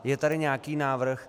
Je tady nějaký návrh.